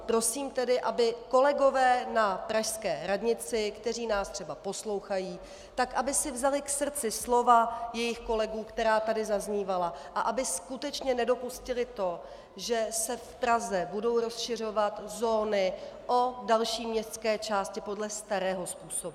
Prosím tedy, aby kolegové na pražské radnici, kteří nás třeba poslouchají, si vzali k srdci slova jejich kolegů, která tady zaznívala, a aby skutečně nedopustili to, že se v Praze budou rozšiřovat zóny o další městské části podle starého způsobu.